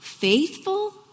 faithful